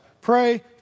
Pray